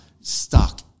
stuck